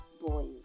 boys